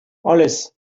alles